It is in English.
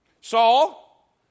Saul